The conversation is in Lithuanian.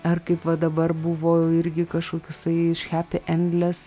ar kaip va dabar buvo irgi kažkoksai iš happyendless